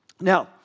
Now